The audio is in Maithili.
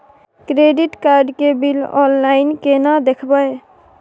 क्रेडिट कार्ड के बिल ऑनलाइन केना देखबय?